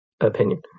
opinion